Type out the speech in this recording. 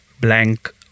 blank